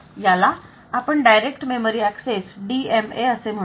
याला आपण direct memory access DMAअसे म्हणू